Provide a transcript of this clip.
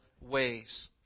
ways